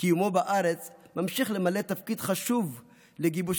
קיומו בארץ ממשיך למלא תפקיד חשוב בגיבוש